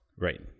Right